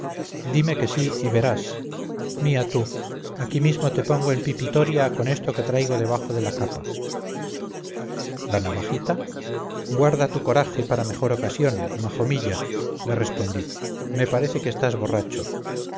dime que sí y verás mia tú aquí mismo te pongo en pipitoria con esto que traigo debajo de la capa la navajita guarda tu coraje para mejor ocasión majomilla le respondí me parece que estás borracho